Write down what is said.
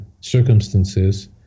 circumstances